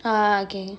ah okay